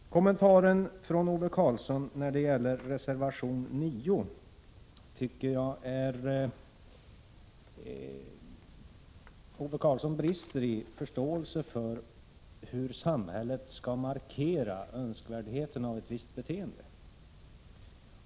Ove Karlsson kommenterade också reservation 9. Men jag tycker att han brister i förståelse för hur samhället skall markera önskvärdheten av ett visst beteende.